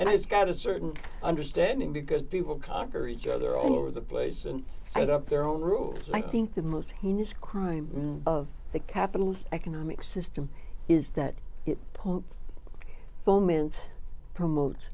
and it's got a certain understanding because people conquer each other all over the place and i don't their own rules i think the most heinous crime of the capitalist economic system is that pope foment promote